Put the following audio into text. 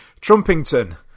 Trumpington